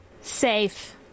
Safe